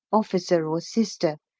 officer, or sister,